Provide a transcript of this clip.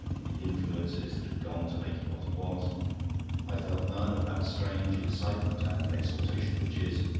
the influences that had gone to make it what it was i felt none of that strange excitement and exaltation which is,